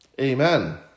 Amen